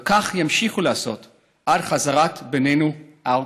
וכך ימשיכו לעשות עד חזרת בנינו ארצה.